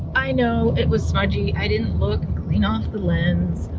i know it was smudgy. i didn't look, clean off the lens.